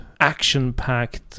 action-packed